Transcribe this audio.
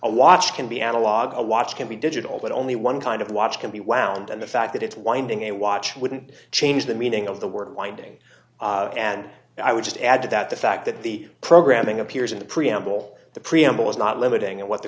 a watch can be analog a watch can be digital but only one kind of watch can be wound and the fact that it's winding a watch wouldn't change the meaning of the word winding and i would just add to that the fact that the programming appears in the preamble the preamble is not limiting it what the